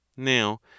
Now